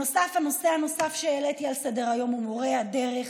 הנושא הנוסף שהעליתי על סדר-היום הוא מורי הדרך.